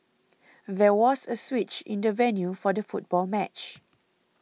there was a switch in the venue for the football match